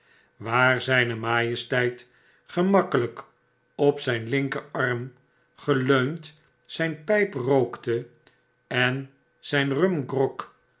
waar zijne majesteit gemakkelyk op zyn linkerarm geleund zijn pyp rookte en zyn rumgrogdronk